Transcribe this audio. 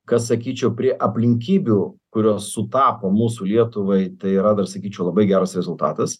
kad sakyčiau prie aplinkybių kurios sutapo mūsų lietuvai tai yra dar sakyčiau labai geras rezultatas